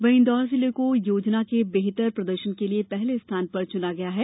वहीं इंदौर जिले को योजना के बेहतर प्रदर्शन के लिये पहले स्थान पर चुना गया है